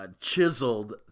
chiseled